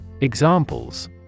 Examples